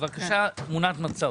בבקשה, תמונת מצב.